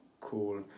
cool